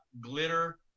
glitter